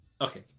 okay